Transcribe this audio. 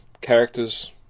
characters